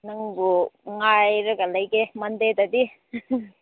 ꯅꯪꯕꯨ ꯉꯥꯏꯔꯒ ꯂꯩꯒꯦ ꯃꯟꯗꯦꯗꯗꯤ